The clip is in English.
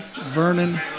Vernon